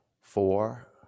four